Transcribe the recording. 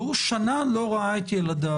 והוא כבר שנה לא ראה את ילדיו,